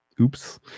Oops